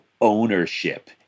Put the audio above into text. ownership